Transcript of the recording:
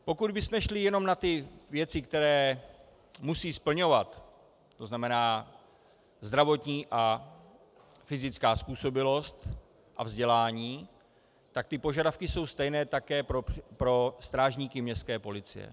Pokud bychom šli jenom na ty věci, které musí splňovat, tzn. zdravotní a fyzická způsobilost a vzdělání, tak ty požadavky jsou stejné také pro strážníky městské policie.